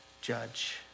judge